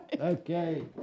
Okay